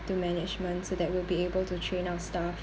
to management so that we'll be able to train our stuff